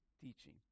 teaching